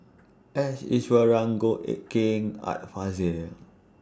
S Iswaran Goh Eck Kheng Art Fazil